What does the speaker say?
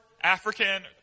African